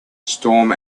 storm